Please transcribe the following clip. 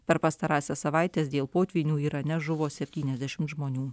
per pastarąsias savaites dėl potvynių irane žuvo septyniasdešim žmonių